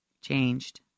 changed